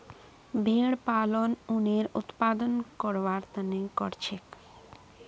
भेड़ पालन उनेर उत्पादन करवार तने करछेक